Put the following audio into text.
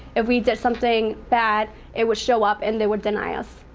if we did something bad, it would show up, and they would deny us.